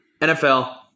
NFL